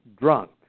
drunk